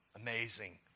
Amazing